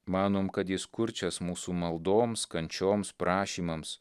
manom kad jis kurčias mūsų maldoms kančioms prašymams